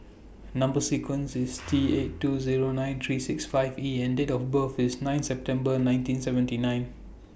Number sequence IS T eight two Zero nine three six five E and Date of birth IS nine September nineteen seventy nine